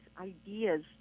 ideas